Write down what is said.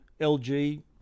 LG